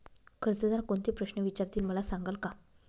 कर्जदार कोणते प्रश्न विचारतील, मला सांगाल का?